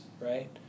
right